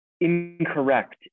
incorrect